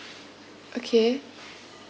okay